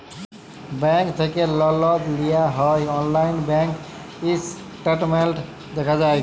bank থ্যাকে লল লিয়া হ্যয় অললাইল ব্যাংক ইসট্যাটমেল্ট দ্যাখা যায়